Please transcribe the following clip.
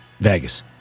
Vegas